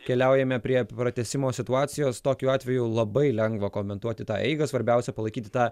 keliaujame prie pratęsimo situacijos tokiu atveju labai lengva komentuoti tą eigą svarbiausia palaikyti tą